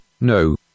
no